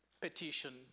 petition